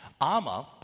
Ama